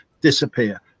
disappear